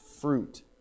fruit